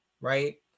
right